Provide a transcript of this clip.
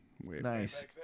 Nice